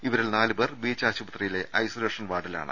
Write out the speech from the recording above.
ഇവരിൽ നാലുപേർ ബീച്ച് ആശുപത്രിയിലെ ഐസൊലേഷൻ വാർഡിലാണ്